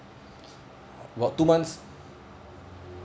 about two months